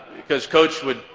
because coach would.